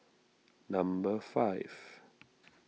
number five